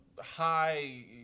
High